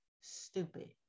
Stupid